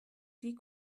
die